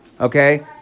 okay